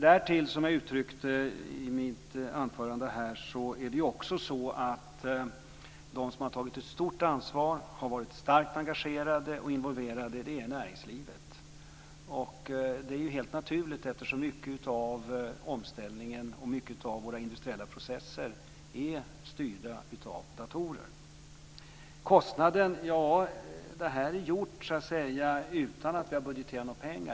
Därtill, som jag uttryckte i mitt anförande, är det så att näringslivet har tagit ett stort ansvar och varit starkt engagerat. Det är helt naturligt, eftersom mycket av omställningen och många av våra industriella processer är styrda av datorer. Vad gäller kostnaden kan jag säga att detta är gjort utan att vi har budgeterat några pengar.